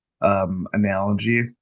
analogy